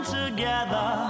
together